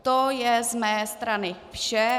To je z mé strany vše.